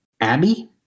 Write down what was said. Abby